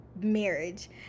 marriage